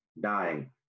dying